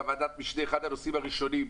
בוועדת המשנה זה אחד הנושאים הראשונים.